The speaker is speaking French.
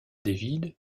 david